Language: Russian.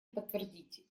подтвердить